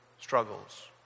struggles